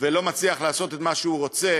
ולא מצליח לעשות את מה שהוא רוצה,